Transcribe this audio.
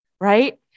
right